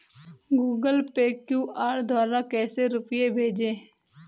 Google Pay QR द्वारा कैसे रूपए भेजें?